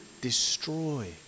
destroy